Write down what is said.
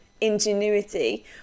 ingenuity